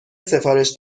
سفارش